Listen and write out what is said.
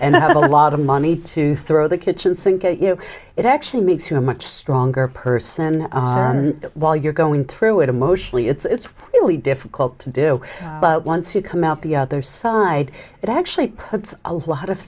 and i have a lot of money to throw the kitchen sink at you it actually makes you a much stronger person while you're going through it emotionally it's really difficult to do but once you come out the other side it actually puts a lot of